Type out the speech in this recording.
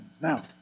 Now